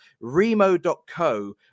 Remo.co